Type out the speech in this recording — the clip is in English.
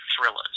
thrillers